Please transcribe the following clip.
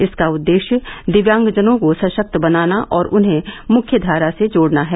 इसका उद्देश्य दिव्यांगजनों को सशक्त बनाना और उन्हें मुख्यवारा से जोड़ना है